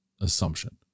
assumption